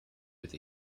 with